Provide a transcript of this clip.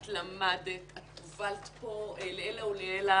את למדת, את הובלת פה לעילא ולעילא